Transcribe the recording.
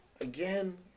again